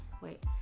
Wait